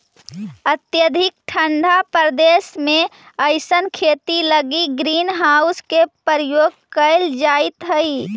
अत्यधिक ठंडा प्रदेश में अइसन खेती लगी ग्रीन हाउस के प्रयोग कैल जाइत हइ